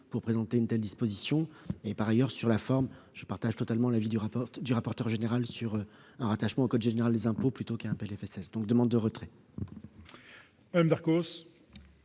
pour adopter une telle disposition. Par ailleurs, sur la forme, je partage totalement l'avis du rapporteur général sur un rattachement au code général des impôts plutôt qu'à un projet de loi